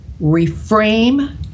reframe